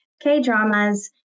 K-dramas